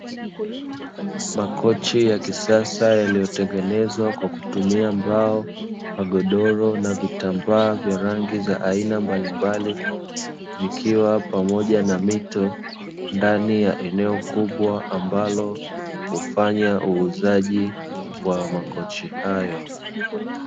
Makochi ya kisasa yaliyotengezwa kwa kutumia mbao, magodoro na vitambaa vya rangi aina mbalimbali vikiwa pamoja na mito ndani ya eneo kubwa ambalo hutumika kiuzia makochi hayo.